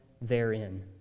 therein